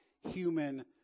human